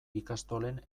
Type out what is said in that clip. ikastolen